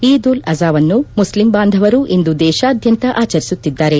ಈದ್ ಉಲ್ ಅಜಾವನ್ನು ಮುಸ್ಲಿಂ ಬಾಂಧವರು ಇಂದು ದೇಶಾದ್ವಂತ ಆಚರಿಸುತ್ತಿದ್ದಾರೆ